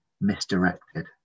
misdirected